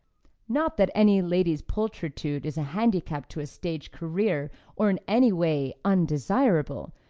not that any lady's pulchritude is a handicap to a stage career or in any way undesirable.